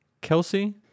Kelsey